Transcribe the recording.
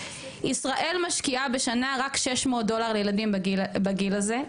ישראל משקיעה בשנה 600 דולר לילדים בגיל הזה,